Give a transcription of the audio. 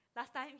last time he